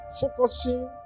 focusing